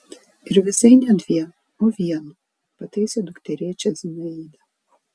ir visai ne dviem o vienu pataisė dukterėčią zinaida